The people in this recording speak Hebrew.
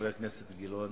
חבר הכנסת גילאון,